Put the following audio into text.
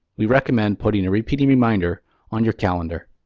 we recommend putting a repeating reminder on your calendar.